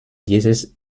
dieses